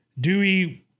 Dewey